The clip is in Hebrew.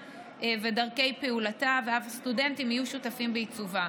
ודרכי פעולתה ואף סטודנטים יהיו שותפים בעיצובה.